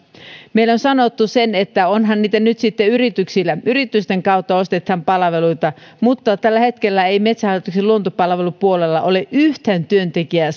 meille on sanottu että onhan niitä nyt sitten yrityksillä yritysten kautta ostetaan palveluita mutta tällä hetkellä ei metsähallituksen luontopalvelupuolella ole yhtään työntekijää